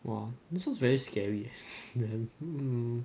!wah! this sounds very scary leh then hmm